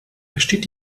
besteht